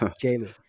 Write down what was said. Jamie